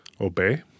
obey